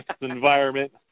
environment